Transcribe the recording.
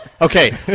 Okay